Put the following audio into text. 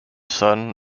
son